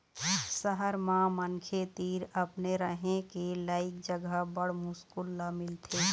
सहर म मनखे तीर अपने रहें के लइक जघा बड़ मुस्कुल ल मिलथे